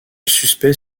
suspect